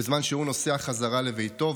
בזמן שהוא נוסע בחזרה לביתו,